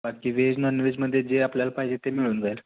बाकी व्हेज नॉनव्हेजमध्ये जे आपल्याला पाहिजे ते मिळून जाईल